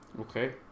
Okay